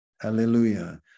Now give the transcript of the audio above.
Hallelujah